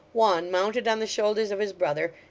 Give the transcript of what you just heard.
one mounted on the shoulders of his brother,